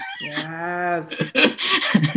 Yes